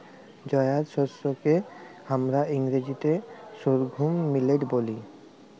জয়ার শস্যকে হামরা ইংরাজিতে সর্ঘুম মিলেট ব্যলি